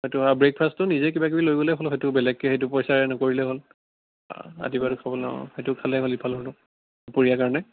সেইটো অ' আৰু ব্ৰেকফাষ্টটো নিজে কিবা কিবি লৈ গ'লে হ'ল সেইটো বেলেগকে সেইটো পইচাৰে নকৰিলে হ'ল দুপৰীয়াৰ কাৰণে